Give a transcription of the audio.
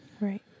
Right